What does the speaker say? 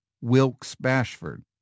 Wilkes-Bashford